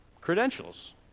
credentials